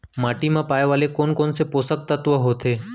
माटी मा पाए वाले कोन कोन से पोसक तत्व होथे?